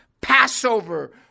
Passover